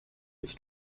its